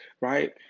Right